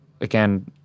again